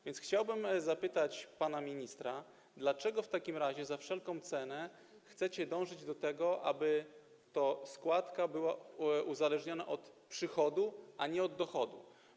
A więc chciałbym zapytać pana ministra: Dlaczego w takim razie za wszelką cenę chcecie dążyć do tego, aby składka była uzależniona od przychodu, a nie od dochodu?